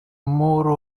more